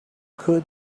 could